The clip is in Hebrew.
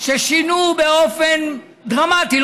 ששינו באופן דרמטי,